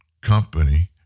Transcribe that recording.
company